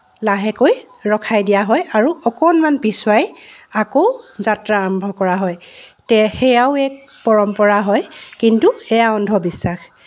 লাহেকৈ ৰখাই দিয়া হয় আৰু অকণমান পিছুৱাই আকৌ যাত্ৰা আৰম্ভ কৰা হয় তে সেয়াও এক পৰম্পৰা হয় কিন্তু সেয়া অন্ধবিশ্বাস